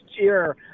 year